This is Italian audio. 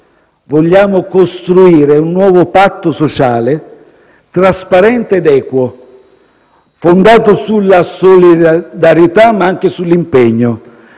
Vogliamo costruire un nuovo patto sociale, trasparente ed equo, fondato sulla solidarietà, ma anche sull'impegno,